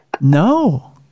No